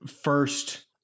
first